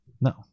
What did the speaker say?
No